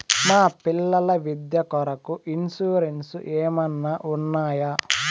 మా పిల్లల విద్య కొరకు ఇన్సూరెన్సు ఏమన్నా ఉన్నాయా?